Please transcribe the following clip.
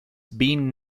been